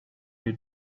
you